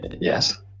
yes